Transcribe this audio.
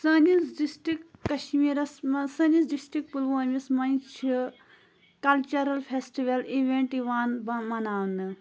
سٲنِس ڈِسٹرک کشمیٖرَس منٛز سٲنِس ڈِسٹرک پُلوٲمِس منٛز چھِ کَلچرَل فیسٹِوَل اِوینٛٹ یِوان بہَ مَناونہٕ